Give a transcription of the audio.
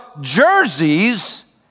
jerseys